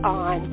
on